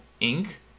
ink